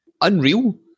unreal